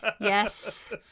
Yes